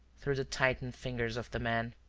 through the tightened fingers of the man.